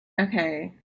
Okay